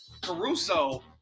Caruso